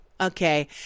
Okay